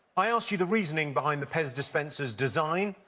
i asked you the reasoning behind the pez dispensers design?